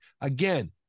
Again